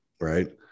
right